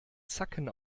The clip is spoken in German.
zacken